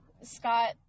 Scott